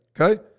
Okay